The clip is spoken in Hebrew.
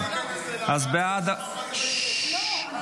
היא הצביעה פעמיים.